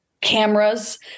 cameras